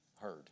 heard